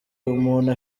umuntu